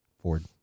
Ford